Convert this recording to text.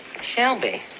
Shelby